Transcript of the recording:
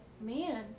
man